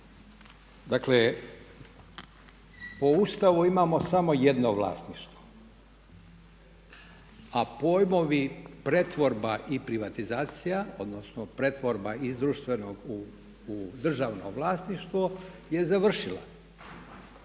Dakle po Ustavu imamo samo jedno vlasništvo a pojmovi pretvorba i privatizacija, odnosno pretvorba iz društvenog u državno vlasništvo je završila.